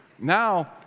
now